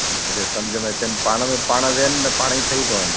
हाणे जॾहिं सम्झि में अचेनि पाण में पाण वेहनि त पाण ई ठही पवनि